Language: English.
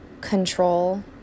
control